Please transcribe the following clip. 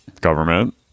government